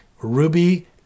Ruby